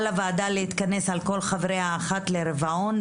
על הוועדה להתכנס על כל חבריה אחת לרבעון,